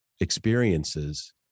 experiences